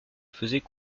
faisait